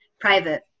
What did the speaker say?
private